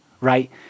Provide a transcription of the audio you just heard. right